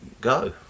go